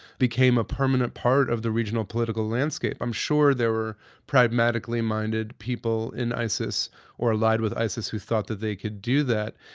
became a permanent part of the regional political landscape. i'm sure there were pragmatically minded people in isis or allied with isis who thought that they could do that.